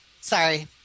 Sorry